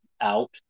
out